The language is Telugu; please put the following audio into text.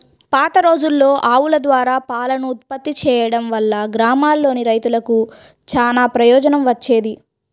పాతరోజుల్లో ఆవుల ద్వారా పాలను ఉత్పత్తి చేయడం వల్ల గ్రామాల్లోని రైతులకు చానా ప్రయోజనం వచ్చేది